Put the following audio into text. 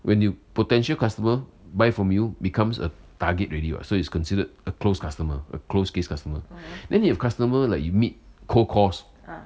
when you potential customer buy from you becomes a target already [what] so is considered a closed customer a closed case customer then if customer like you meet cold course